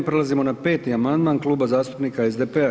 Prelazimo na Peti amandman Kluba zastupnika SDP-a.